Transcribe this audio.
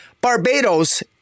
Barbados